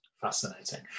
Fascinating